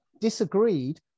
disagreed